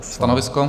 Stanovisko?